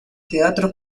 teatro